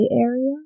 area